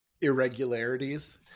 irregularities